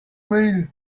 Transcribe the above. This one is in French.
mail